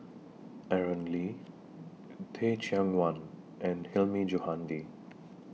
Aaron Lee Teh Cheang Wan and Hilmi Johandi